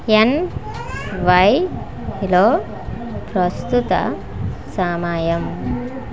ఎన్వైలో ప్రస్తుత సమయం